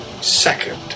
second